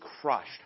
crushed